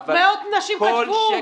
מאות נשים כתבו.